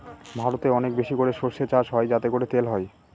ভারতে অনেক বেশি করে সর্ষে চাষ হয় যাতে করে তেল হয়